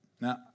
Now